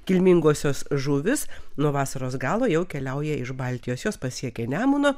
kilmingosios žuvys nuo vasaros galo jau keliauja iš baltijos jos pasiekė nemuną